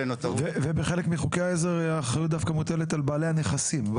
בחלק מחוקי העזר האחריות דווקא מוטלת על בעלי הנכסים.